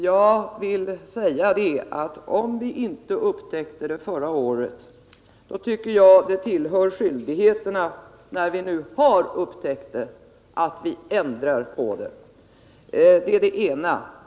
Jag vill till detta säga att om vi inte upptäckte det förra året, tycker jag. att när vi nu har upptäckt det, hör det till våra skyldigheter att ändra på det. — Det är den ena saken jag vill säga.